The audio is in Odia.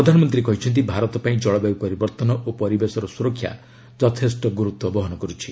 ପ୍ରଧାନମନ୍ତ୍ରୀ କହିଛନ୍ତି ଭାରତ ପାଇଁ ଜଳବାୟୁ ପରିବର୍ତ୍ତନ ଓ ପରିବେଶର ସୁରକ୍ଷା ଯଥେଷ୍ଟ ଗୁରୁତ୍ୱ ବହନ କରୁଛି